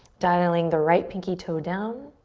dialing the right pinky toe down.